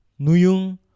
Nuyung